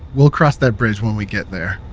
we'll cross that bridge when we get there.